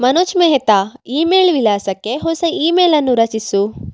Manoj Mehta email ವಿಳಾಸಕ್ಕೆ ಹೊಸ ಇಮೇಲನ್ನು ರಚಿಸು